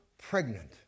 pregnant